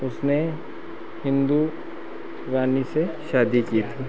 उसने हिन्दू रानी से शादी की थी